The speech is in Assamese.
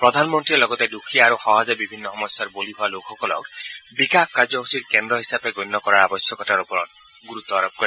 প্ৰধান মন্ত্ৰীয়ে লগতে দুখীয়া আৰু সহজে বিভিন্ন সমস্যাৰ বলি হোৱা লোকসকলক বিকাশ কাৰ্যসূচীৰ কেন্দ্ৰ হিচাপে গণ্য কৰাৰ আৱশ্যকতাৰ ওপৰত গুৰুত্ব আৰোপ কৰে